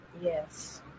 yes